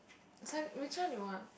then which one you want